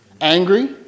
Angry